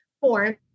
form